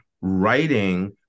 writing